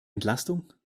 entlastung